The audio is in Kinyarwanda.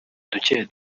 duke